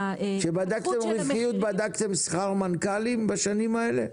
כשבדקתם רווחיות בדקתם שכר מנכ"לים בשנים האלה?